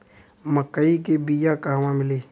मक्कई के बिया क़हवा मिली?